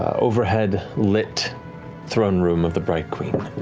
overhead-lit throne room of the bright queen.